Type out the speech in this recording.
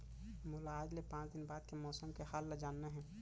मोला आज ले पाँच दिन बाद के मौसम के हाल ल जानना हे?